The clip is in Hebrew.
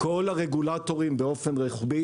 אלא לכל הרגולטורים באופן רוחבי.